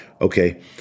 okay